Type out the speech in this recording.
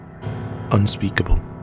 unspeakable